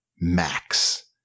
max